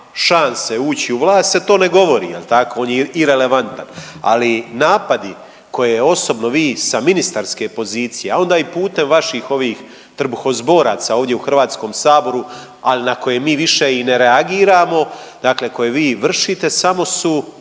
šanse ući u vlast se to ne govori jel tako, on je irelevantan, ali napadi koje osobno vi sa ministarske pozicije a onda i putem vaših ovih trbuhozboraca ovdje u Hrvatskom saboru, ali na koje mi više i ne reagiramo, dakle koje vi vršite samo su